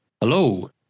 Hello